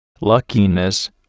luckiness